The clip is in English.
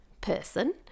person